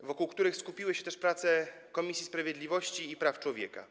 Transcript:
wokół których skupiły się też prace Komisji Sprawiedliwości i Praw Człowieka.